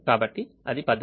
కాబట్టి అది పద్ధతి